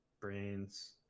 brains